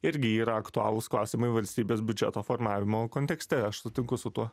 irgi yra aktualūs klausimai valstybės biudžeto formavimo kontekste aš sutinku su tuo